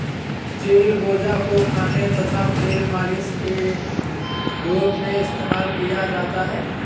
चिलगोजा को खाने तथा तेल मालिश के रूप में इस्तेमाल किया जाता है